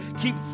Keep